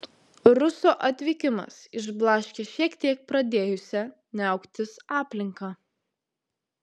ruso atvykimas išblaškė šiek tiek pradėjusią niauktis aplinką